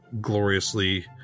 gloriously